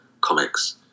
comics